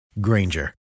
Granger